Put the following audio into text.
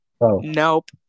Nope